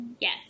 Yes